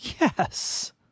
Yes